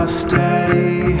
steady